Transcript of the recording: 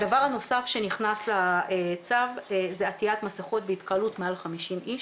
הדבר הנוסף שנכנס לצו זה עטיית מסכות בהתקהלות מעל 50 איש.